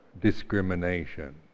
discrimination